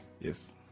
Yes